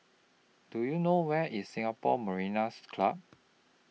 Do YOU know Where IS Singapore Mariners' Club